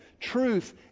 truth